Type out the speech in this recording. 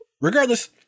regardless